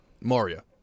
Maria